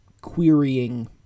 querying